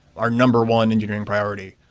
our number one engineering priority,